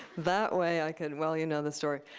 that way, i could well, you know the story.